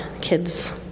Kids